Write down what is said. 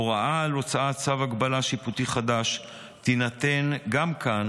הוראה על הוצאת צו הגבלה שיפוטי חדש תינתן גם כאן